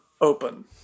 open